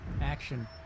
action